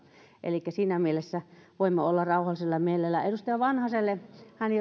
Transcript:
elikkä siinä mielessä voimme olla rauhallisella mielellä edustaja vanhanen